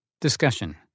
Discussion